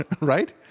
right